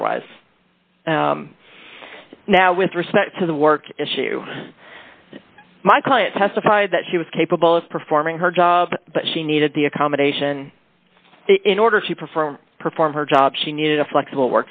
otherwise now with respect to the work issue my client testified that she was capable of performing her job but she needed the accommodation in order to perform perform her job she needed a flexible